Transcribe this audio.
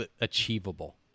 achievable